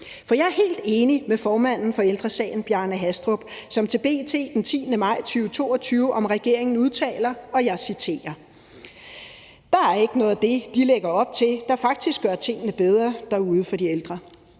For jeg er helt enig med formanden for Ældre Sagen, Bjarne Hastrup, som til B.T. den 10. maj 2022 udtalte om regeringen: »... der er ikke noget af det, de lægger op til, der faktisk gør tingene derude bedre for de ældre.«